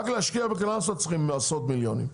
רק להשקיע בקלאנסווה צריכים עשרות מיליונים,